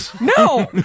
No